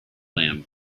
lamb